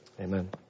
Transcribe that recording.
Amen